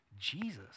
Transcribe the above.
Jesus